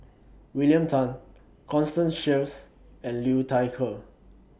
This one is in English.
William Tan Constance Sheares and Liu Thai Ker